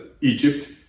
Egypt